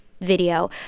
video